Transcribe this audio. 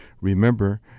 Remember